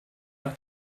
nach